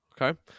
Okay